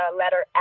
letter